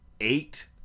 eight